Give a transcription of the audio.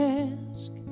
ask